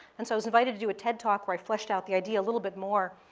and so i was invited to do a ted talk where i fleshed out the idea a little bit more.